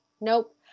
nope